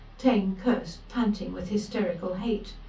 taine cursed, panting with hysterical hate.